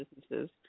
businesses